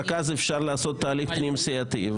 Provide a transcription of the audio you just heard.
רק אז אפשר לעשות תהליך פנים סיעתי,